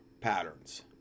patterns